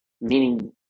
meaning